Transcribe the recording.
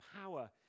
power